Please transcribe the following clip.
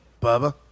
Bubba